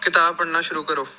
ਕਿਤਾਬ ਪੜ੍ਹਨਾ ਸ਼ੁਰੂ ਕਰੋ